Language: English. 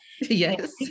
yes